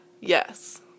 Yes